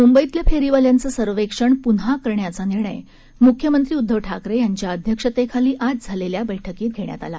मुंबईतल्या फेरीवाल्याचं सर्वेक्षण पुन्हा करण्याचा निर्णय मुख्यमंत्री उद्धव ठाकरे अध्यक्षतेखाली आज झालेल्या बैठकीत घेण्यात आला